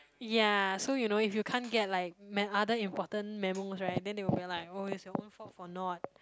ya so you know if you can't get like me~ other important memos right then they will be like oh is your own fault for not